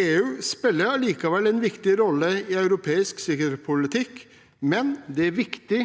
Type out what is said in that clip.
EU spiller likevel en viktig rolle i europeisk sikkerhetspolitikk, og det er viktig